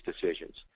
decisions